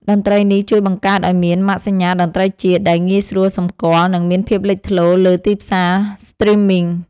តន្ត្រីនេះជួយបង្កើតឱ្យមាន ម៉ាកសញ្ញាតន្ត្រីជាតិ ដែលងាយស្រួលសម្គាល់ និងមានភាពលេចធ្លោលើទីផ្សារស្ទ្រីមមីង។